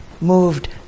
moved